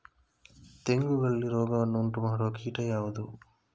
ತೆಂಗುಗಳಲ್ಲಿ ರೋಗವನ್ನು ಉಂಟುಮಾಡುವ ಕೀಟ ಯಾವುದು?